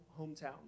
hometown